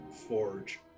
forge